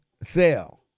sell